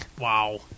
Wow